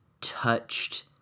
touched